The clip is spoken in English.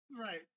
Right